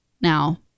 Now